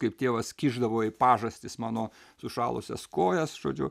kaip tėvas kišdavo į pažastis mano sušalusias kojas žodžiu